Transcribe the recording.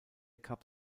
cup